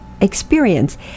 experience